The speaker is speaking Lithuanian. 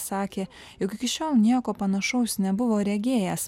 sakė jog iki šiol nieko panašaus nebuvo regėjęs